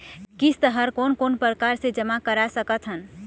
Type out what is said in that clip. किस्त हर कोन कोन प्रकार से जमा करा सकत हन?